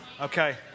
Okay